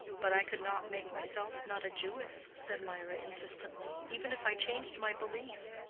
but i could not make myself not a jewess, said mirah, insistently, even if i changed my belief.